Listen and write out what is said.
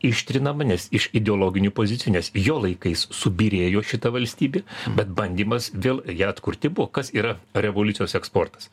ištrinama nes iš ideologinių pozicijų nes jo laikais subyrėjo šita valstybė bet bandymas vėl ją atkurti buvo kas yra revoliucijos eksportas